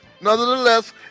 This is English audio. nonetheless